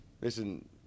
listen